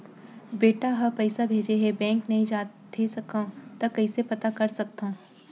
बेटा ह पइसा भेजे हे बैंक नई जाथे सकंव त कइसे पता कर सकथव?